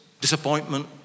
disappointment